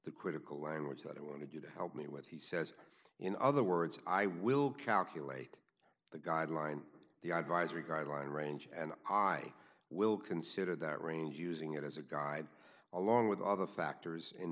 the critical language that i wanted you to help me with he says in other words i will calculate the guidelines the advisory guideline range and i will consider that range using it as a guide along with other factors in